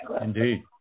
Indeed